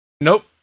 Nope